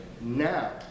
now